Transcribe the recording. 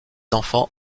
enfants